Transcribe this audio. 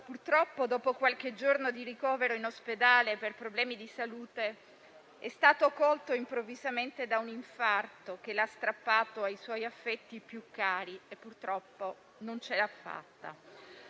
Purtroppo, dopo qualche giorno di ricovero in ospedale per problemi di salute, è stato colto improvvisamente da un infarto che l'ha strappato ai suoi affetti più cari e purtroppo non ce l'ha fatta.